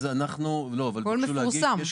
הכול מפורסם.